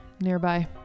Nearby